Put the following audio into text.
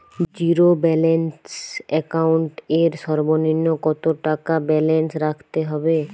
Zero balance account এর সর্বনিম্ন কত টাকা ব্যালেন্স রাখতে হবে?